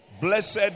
blessed